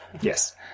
Yes